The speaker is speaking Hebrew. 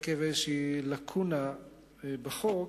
עקב איזו לקונה בחוק,